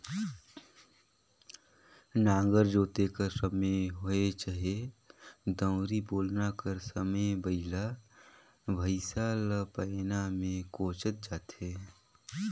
नांगर जोते कर समे होए चहे दउंरी, बेलना कर समे बइला भइसा ल पैना मे कोचल जाथे